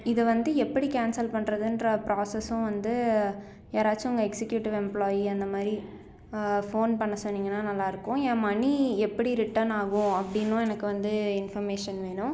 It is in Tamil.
இதை வந்து எப்படி கேன்சல் பண்ணுறதுன்ற பிராஸஸும் வந்து யாராச்சும் உங்கள் எக்ஸிக்யூட்டிவ் எம்ப்ளாயி அந்த மாதிரி ஃபோன் பண்ண சொன்னிங்கன்னா நல்லா இருக்கும் ஏன் மனி எப்படி ரிட்டர்ன் ஆகும் அப்படின்னும் எனக்கு வந்து இன்ஃபர்மேஷன் வேணும்